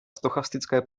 stochastické